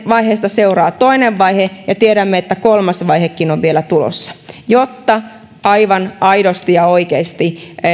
vaiheesta seuraa toinen vaihe ja tiedämme että kolmas vaihekin on vielä tulossa jotta aivan aidosti ja oikeasti